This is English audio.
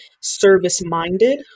service-minded